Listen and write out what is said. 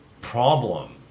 problem